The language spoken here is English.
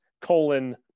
colon